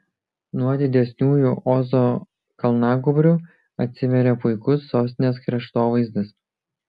nuo didesniųjų ozo kalnagūbrių atsiveria puikus sostinės kraštovaizdis